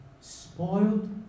spoiled